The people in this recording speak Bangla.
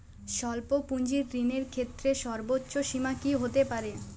স্বল্প পুঁজির ঋণের ক্ষেত্রে সর্ব্বোচ্চ সীমা কী হতে পারে?